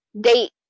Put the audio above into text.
date